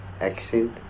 accent